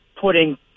putting